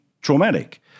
traumatic